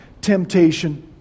temptation